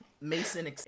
Mason